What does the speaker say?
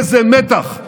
איזה מתח,